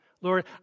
Lord